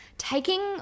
taking